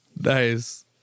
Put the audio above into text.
Nice